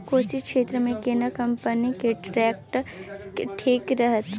कोशी क्षेत्र मे केना कंपनी के ट्रैक्टर ठीक रहत?